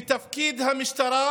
ותפקיד המשטרה